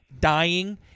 dying